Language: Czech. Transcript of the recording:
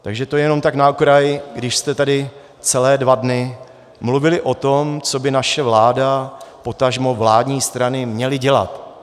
Takže to jenom tak na okraj, když jste tady celé dva dny mluvili o tom, co by naše vláda, potažmo vládní strany měly dělat.